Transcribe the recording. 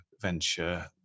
venture